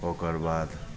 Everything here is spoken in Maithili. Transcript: ओकर बाद